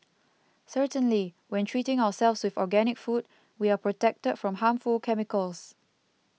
certainly when treating ourselves with organic food we are protected from harmful chemicals